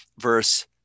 verse